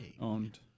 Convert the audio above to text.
owned